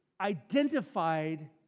identified